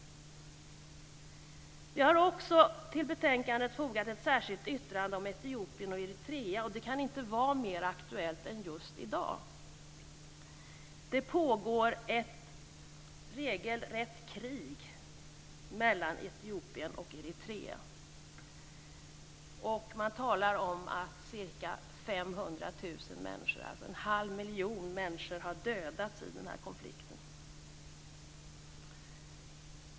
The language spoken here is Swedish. Vi har också i betänkandet ett särskilt yttrande om Etiopien och Eritrea och det kan inte vara mer aktuellt än just i dag. Det pågår ju ett regelrätt krig mellan Etiopien och Eritrea. Det talas om att ca 500 000 människor, alltså en halv miljon människor, har dödats i den här konflikten.